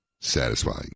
Satisfying